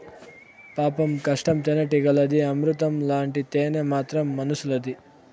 పాపం కష్టం తేనెటీగలది, అమృతం లాంటి తేనె మాత్రం మనుసులది